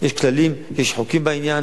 יש כללים, יש חוקים בעניין